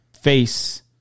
face